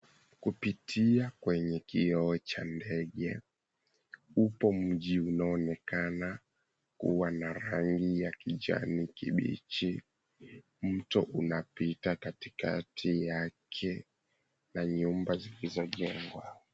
Kupitia kwenye kioo cha ndege, upo mji unaonekana kuwa na rangi ya kijani kibichi. Mto unapita katikati yake na nyumba zilizojengwa.